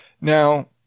Now